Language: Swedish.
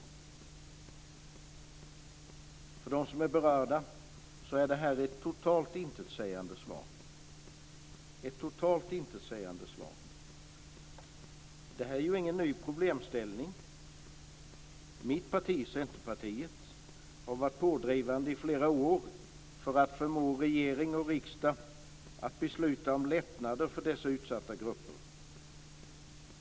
För dem som är berörda är det här ett totalt intetsägande svar. Det här är ingen ny problemställning. Mitt parti, Centerpartiet, har varit pådrivande i flera år för att förmå regering och riksdag att besluta om lättnader för dessa utsatta grupper.